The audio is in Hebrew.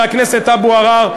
חבר הכנסת אבו עראר,